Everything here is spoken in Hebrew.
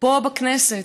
פה בכנסת.